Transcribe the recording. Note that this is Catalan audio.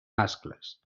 mascles